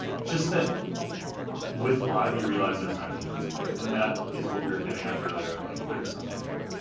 just that with live you realize there's an actual person there, and that is what we were getting at earlier that like there's someone here.